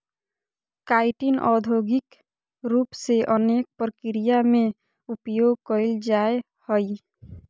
chitin औद्योगिक रूप से अनेक प्रक्रिया में उपयोग कइल जाय हइ